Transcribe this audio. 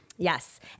Yes